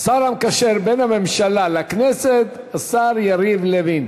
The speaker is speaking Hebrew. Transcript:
השר המקשר בין הממשלה לכנסת, השר יריב לוין.